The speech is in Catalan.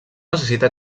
necessita